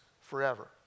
forever